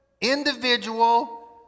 individual